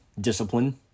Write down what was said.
discipline